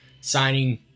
signing